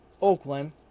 Oakland